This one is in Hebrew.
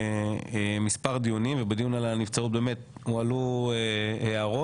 מספר דיונים, ובדיון על הנבצרות באמת הועלו הערות,